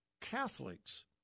Catholics